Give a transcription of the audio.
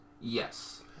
Yes